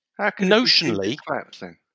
notionally